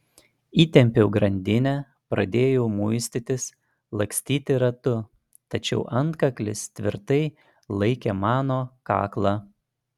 įtempiau grandinę pradėjau muistytis lakstyti ratu tačiau antkaklis tvirtai laikė mano kaklą